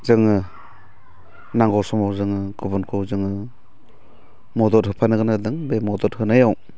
जोङो नांगौ समाव जोङो गुुबुनखौ जोङो मदद होफानो गोनां जादों बे मदद होनायाव